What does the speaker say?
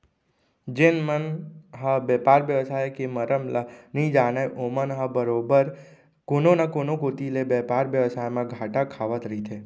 जेन मन ह बेपार बेवसाय के मरम ल नइ जानय ओमन ह बरोबर कोनो न कोनो कोती ले बेपार बेवसाय म घाटा खावत रहिथे